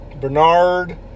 Bernard